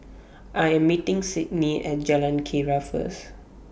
I Am meeting Sidney At Jalan Keria First